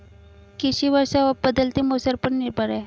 कृषि वर्षा और बदलते मौसम पर निर्भर है